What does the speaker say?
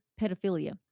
pedophilia